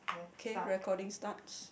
okay recording starts